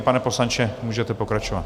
Pane poslanče, můžete pokračovat.